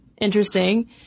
Interesting